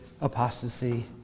apostasy